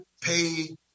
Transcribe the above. pay